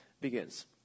begins